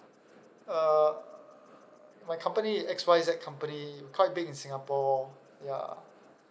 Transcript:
uh my company is X Y Z company quite big in singapore ya